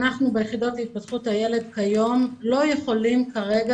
אנחנו ביחידות להתפתחות הילד כיום לא יכולים כרגע